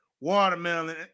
watermelon